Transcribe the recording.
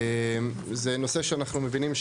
זה נושא שאנחנו מבינים,